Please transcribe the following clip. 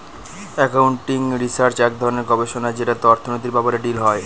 accounting research এক ধরনের গবেষণা যেটাতে অর্থনীতির ব্যাপারে ডিল হয়